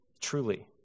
Truly